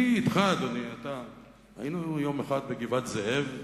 יחד אתך היינו יום אחד בגבעת-זאב,